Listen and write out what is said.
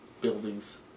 buildings